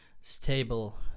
stable